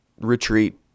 retreat